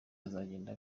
azagenda